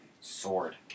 sword